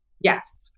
Yes